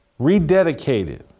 rededicated